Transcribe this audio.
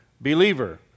believer